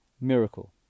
miracle